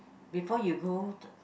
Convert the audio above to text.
before you go t~